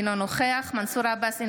אינו נוכח מנסור עבאס,